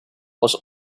was